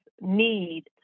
need